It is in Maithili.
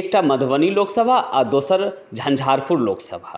एकटा मधुबनी लोकसभा आओर दोसर झंझारपुर लोकसभा